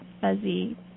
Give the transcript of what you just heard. fuzzy